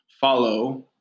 follow